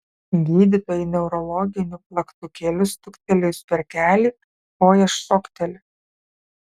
gydytojui neurologiniu plaktukėliu stuktelėjus per kelį koja šokteli